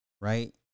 Right